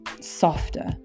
softer